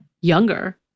younger